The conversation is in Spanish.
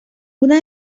una